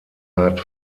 hat